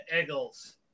Eagles